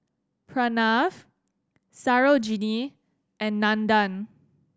Pranav Sarojini and Nandan